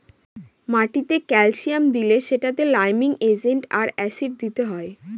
মাটিতে ক্যালসিয়াম দিলে সেটাতে লাইমিং এজেন্ট আর অ্যাসিড দিতে হয়